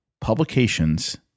publications